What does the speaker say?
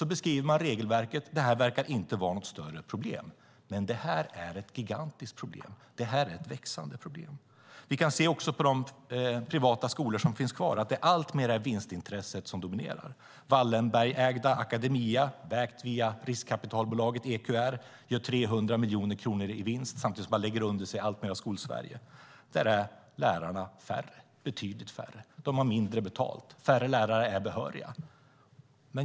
Sedan beskriver han regelverket och säger att det inte verkar vara något större problem. Detta är dock ett gigantiskt problem, och det är ett växande problem. Vi kan också se på de privata skolor som finns kvar att det alltmer är vinstintresset som dominerar. Wallenbergägda Academedia, ägt via riskkapitalbolaget EQT, gör 300 miljoner kronor i vinst samtidigt som man lägger under sig alltmer av Skolsverige. Där är lärarna betydligt färre, och de har mindre betalt. Färre lärare är behöriga.